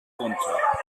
runter